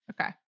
Okay